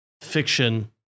Fiction